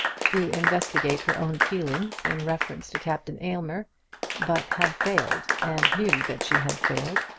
to investigate her own feelings in reference to captain aylmer but had failed, and knew that she had failed.